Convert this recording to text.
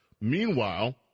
Meanwhile